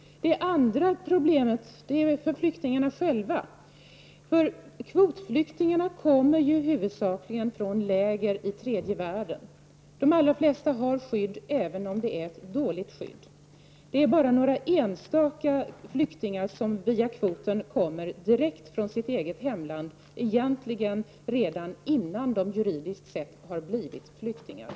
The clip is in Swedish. Ett annat problem gäller flyktingarna själva. Kvotflyktingarna kommer huvudsakligen från läger i tredje världen. De allra flesta har ett skydd, även om det är ett dåligt skydd. Det är bara några enstaka flyktingar som via kvo ten kommer direkt från sitt eget hemland, egentligen innan de juridiskt sett har blivit flyktingar.